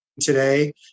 today